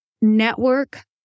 network